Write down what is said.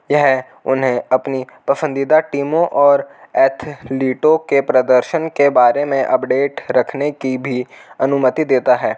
यह उन्हें अपनी पसंदीदा टीमों और एथलीटों के प्रदर्शन के बारे में अपडेट रखने की भी अनुमति देता है और